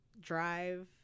drive